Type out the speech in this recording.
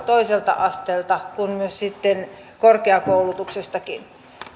toiselta asteelta kuin myös sitten korkeakoulutuksestakin